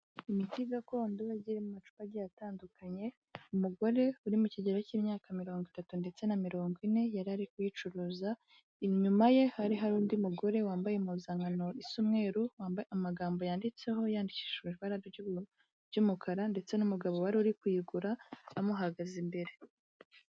Imiti gakondo igiye iri mu macupa agiye atandukanye,, umugore uri mu kigero cy'imyaka mirongo itatu ndetse na mirongo ine yari ari kuyicuruza, inyuma ye hari hari undi mugore wambaye impuzankano isa umweru wambaye amagambo yanditseho yandikishije ibara ry'umukara ndetse n'umugabo wari uri kuyigura amuhagaze imbere.